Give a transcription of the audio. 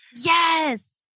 Yes